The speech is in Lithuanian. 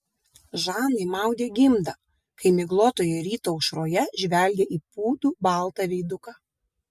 žanai maudė gimdą kai miglotoje ryto aušroje žvelgė į pūdų baltą veiduką